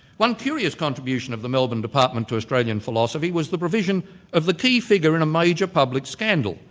one curious contribution of the melbourne department to australian philosophy was the provision of the key figure in a major public scandal,